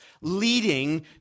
leading